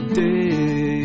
day